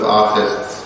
artists